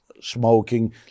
smoking